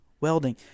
welding